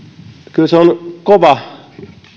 kyllä se on kova